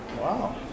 Wow